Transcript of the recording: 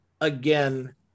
again